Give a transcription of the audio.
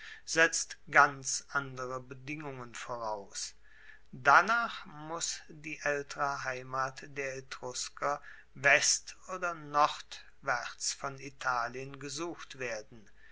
setzt ganz andere bedingungen voraus danach muss die aeltere heimat der etrusker west oder nordwaerts von italien gesucht werden